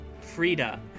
Frida